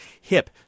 hip